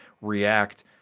react